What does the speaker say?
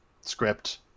script